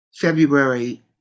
February